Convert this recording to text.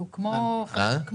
כי הוא כמו בבזוקה,